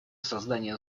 создание